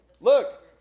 Look